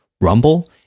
Rumble